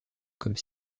comme